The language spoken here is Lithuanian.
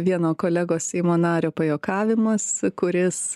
vieno kolegos seimo nario pajuokavimas kuris